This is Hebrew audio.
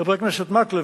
חבר הכנסת מקלב,